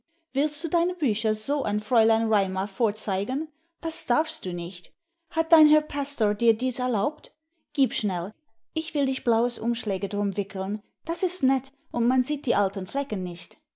willst du dein bücher so an fräulein raimar vorzeigen das darfst du nicht hat deiner herr pastor dir dies erlaubt gieb schnell ich will dich blaues umschläge drum wickeln das ist nett und man sieht die alte flecken nicht